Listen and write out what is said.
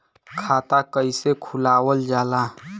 खाता कइसे खुलावल जाला?